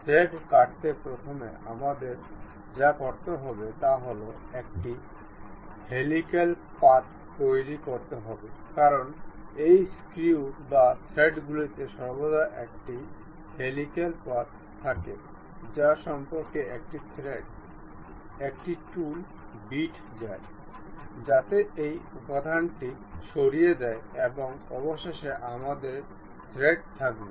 thread কাটতে প্রথমে আমাদের যা করতে হবে তা হল একটি হেলিকাল পাথ তৈরী করতে হবে কারণ এই স্ক্রু বা থ্রেডগুলিতে সর্বদা একটি হেলিকাল পাথ থাকে যা সম্পর্কে একটি থ্রেড একটি টুল বিট যায় যাতে এই উপাদানটি সরিয়ে দেয় এবং অবশেষে আমাদের থ্রেড থাকবে